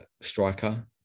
striker